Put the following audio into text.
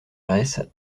grèce